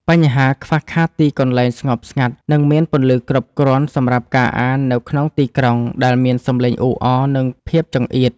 បញ្ហាខ្វះខាតទីកន្លែងស្ងប់ស្ងាត់ និងមានពន្លឺគ្រប់គ្រាន់សម្រាប់ការអាននៅក្នុងទីក្រុងដែលមានសម្លេងអ៊ូអរ និងភាពចង្អៀត។